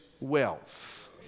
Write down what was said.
wealth